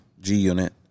G-Unit